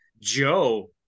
joe